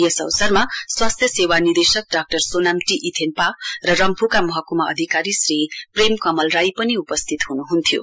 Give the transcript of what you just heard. यस अवसरमा स्वास्थ्य सेवा निदेशक डाक्टर सोनाम टी इथेन्पा र रम्फूका महकुमा अधिकारी श्री प्रेम कमल राई पनि इपस्थित हुनुहुन्थ्यो